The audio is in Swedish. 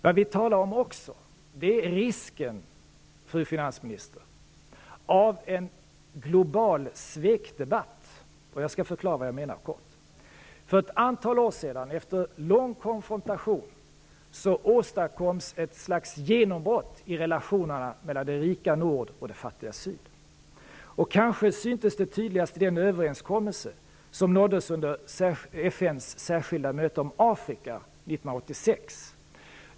Vad vi talar om är också risken, fru finansminister, av en global svekdebatt. Jag skall kort förklara vad jag menar. För ett antal år sedan, efter lång konfrontation, åstadkoms ett slags genombrott i relationerna mellan det rika nord och det fattiga syd. Kanske syntes det tydligast i den överenskommelse som nåddes under FN:s särskilda möte om Afrika 1986.